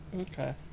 Okay